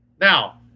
Now